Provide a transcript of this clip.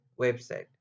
website